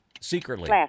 secretly